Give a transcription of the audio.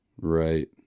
Right